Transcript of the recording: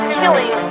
killing